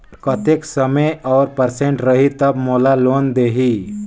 कतेक समय और परसेंट रही तब मोला लोन देही?